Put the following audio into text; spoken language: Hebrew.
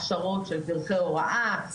הכשרות של פרקי הוראה,